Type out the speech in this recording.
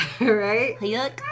Right